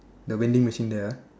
the vending machine there ah